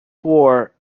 war